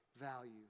value